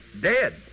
Dead